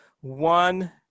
one